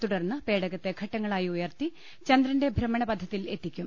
തുടർന്ന് പേടകത്തെ ഘട്ടങ്ങളായി ഉയർത്തി ചന്ദ്രന്റെ ഭ്രമണപഥത്തിൽ എത്തിക്കും